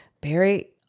Barry